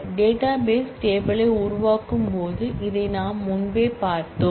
database table யை உருவாக்கும் போது இதை நாம் முன்பே பார்த்தோம்